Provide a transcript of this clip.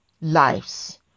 lives